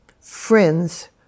friends